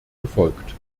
gefolgt